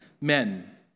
men